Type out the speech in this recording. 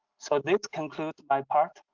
so this concludes my part,